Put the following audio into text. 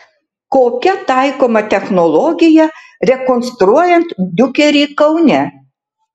kokia taikoma technologija rekonstruojant diukerį kaune